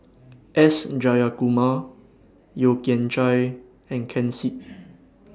S Jayakumar Yeo Kian Chye and Ken Seet